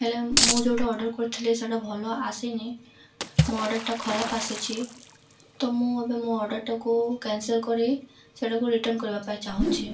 ହେଲେ ମୁଁ ଯେଉଁଟା ଅର୍ଡ଼ର୍ କରିଥିଲି ସେଇଟା ଭଲ ଆସିନି ମୋ ଅର୍ଡ଼ର୍ଟା ଖରାପ ଆସିଛି ତ ମୁଁ ଏବେ ମୋ ଅର୍ଡ଼ର୍ଟାକୁ କ୍ୟାନସେଲ୍ କରି ସେଟାକୁ ରିଟର୍ଣ୍ଣ କରିବା ପାଇଁ ଚାହୁଁଛି